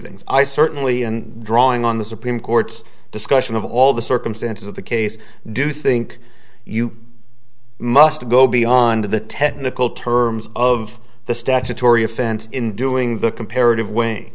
things i certainly and drawing on the supreme court's discussion of all the circumstances of the case do you think you must go beyond the technical terms of the statutory offense in doing the comparative way